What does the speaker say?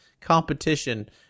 competition